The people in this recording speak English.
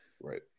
Right